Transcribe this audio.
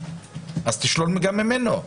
אז תשלול גם ממנו.